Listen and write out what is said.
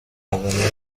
haza